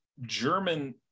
German